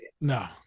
No